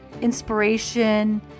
inspiration